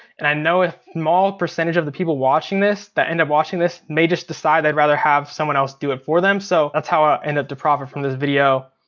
and i know a small percentage of the people watching this that end up watching this, may just decide they'd rather have someone else to it for them. so that's how i'll end up to profit from this video,